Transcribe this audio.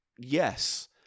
Yes